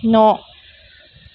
न'